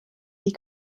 die